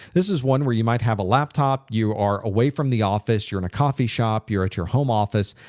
this is one where you might have a laptop. you are away from the office. you're in a coffee shop, you're at your home office.